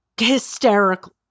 hysterical